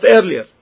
earlier